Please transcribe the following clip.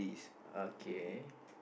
okay